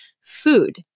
food